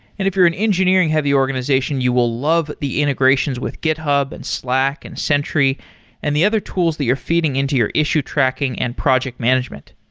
if you're an engineering-heavy organization, you will love the integrations with github and slack and sentry and the other tools that you're feeding into your issue tracking and project management.